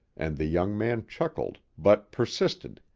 and the young man chuckled, but persisted.